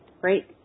Great